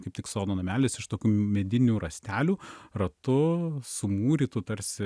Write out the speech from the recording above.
kaip tik sodo namelis iš tokių medinių rąstelių ratu sumūrytų tarsi